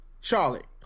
Charlotte